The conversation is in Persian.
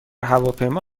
هواپیما